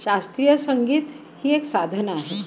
शास्त्रीय संगीत ही एक साधना आहे